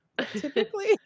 Typically